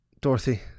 Dorothy